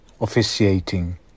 officiating